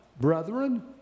brethren